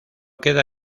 queda